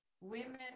Women